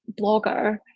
blogger